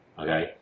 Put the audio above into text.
Okay